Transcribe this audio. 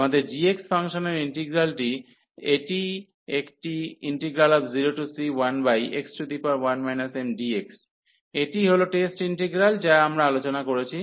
আমাদের g ফাংশনের ইন্টিগ্রালটি কী এটি একটি 0c1x1 mdx এটিই হল টেস্ট ইন্টিগ্রাল যা আমরা আলোচনা করেছি